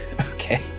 Okay